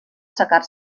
assecar